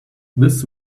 this